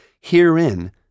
Herein